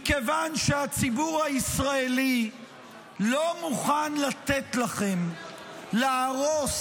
מכיוון שהציבור הישראלי לא מוכן לתת לכם להרוס